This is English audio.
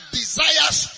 desires